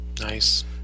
Nice